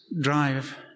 drive